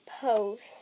post